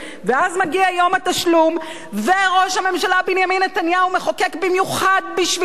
אז מגיע יום התשלום וראש הממשלה בנימין נתניהו מחוקק במיוחד בשביל אבי